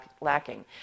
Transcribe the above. lacking